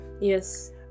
Yes